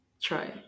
try